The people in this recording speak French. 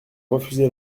refusé